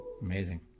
Amazing